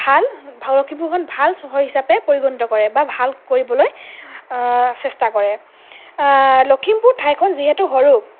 ভাল লখিমপুৰখন ভাল চহৰ হিচাপে পৰিগণিত কৰে বা ভাল কৰিবলৈ চেষ্টা কৰে লখিমপুৰ ঠাইখন যিহেতু সৰু